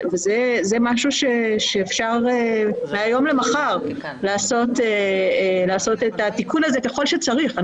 וזה משהו שאפשר לעשות את התיקון הזה מהיום למחר ככל שצריך.